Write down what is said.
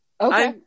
Okay